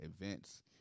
events